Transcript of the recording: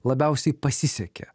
labiausiai pasisekė